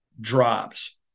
drops